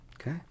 Okay